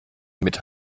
mit